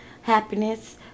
Happiness